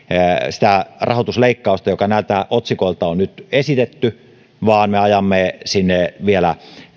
sitä rahoitusleikkausta joka näiltä otsikoilta on nyt esitetty vaan me ajamme sinne vielä